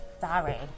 sorry